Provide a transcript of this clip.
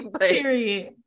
Period